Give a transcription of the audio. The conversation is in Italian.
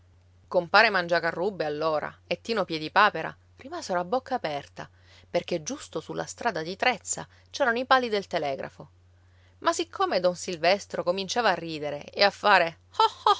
compare mangiacarrubbe allora e tino piedipapera rimasero a bocca aperta perché giusto sulla strada di trezza c'erano i pali del telegrafo ma siccome don silvestro cominciava a ridere e a fare